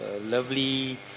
lovely